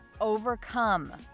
overcome